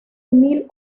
mil